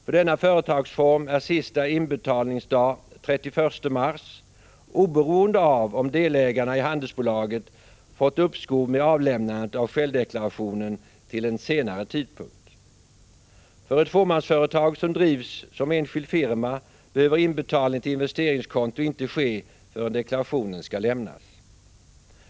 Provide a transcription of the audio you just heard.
För denna företagsform är sista inbetalningsdag den 31 mars, oberoende av om delägarna i handelsbolaget fått uppskov med avlämnandet av självdeklarationen till en senare tidpunkt. För ett fåmansföretag som drivs som enskild firma behöver inbetalning till investeringskonto inte ske förrän deklarationen skall lämnas.